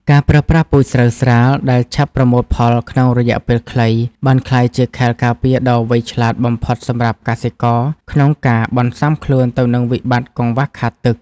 ការប្រើប្រាស់ពូជស្រូវស្រាលដែលឆាប់ប្រមូលផលក្នុងរយៈពេលខ្លី បានក្លាយជាខែលការពារដ៏វៃឆ្លាតបំផុតសម្រាប់កសិករក្នុងការបន្ស៊ាំខ្លួនទៅនឹងវិបត្តិកង្វះខាតទឹក។